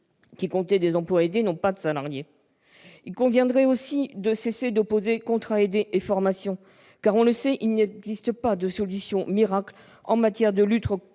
qui comptaient des emplois aidés n'ont pas de salariés. Il conviendrait aussi de cesser d'opposer contrats aidés et formation. On le sait, il n'existe pas de solutions miracles en matière de lutte